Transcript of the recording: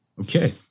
Okay